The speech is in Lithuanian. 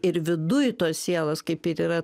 ir viduj tos sielos kaip ir yra